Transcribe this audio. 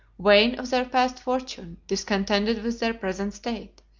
vain of their past fortune, discontented with their present state,